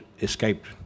escaped